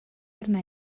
arna